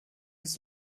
ist